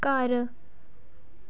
ਘਰ